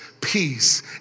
peace